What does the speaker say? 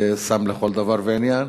זה סם לכל דבר ועניין,